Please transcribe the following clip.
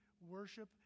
worship